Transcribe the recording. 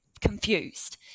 confused